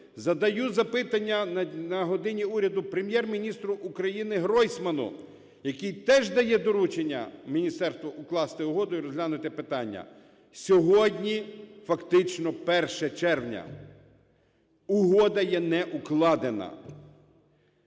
задаю запитання на "годині Уряду" Прем'єр-міністру України Гройсману, який теж дає доручення міністерству укласти угоду і розглянути питання. Сьогодні фактично 1 червня – угода є неукладена.